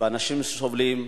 אנשים סובלים,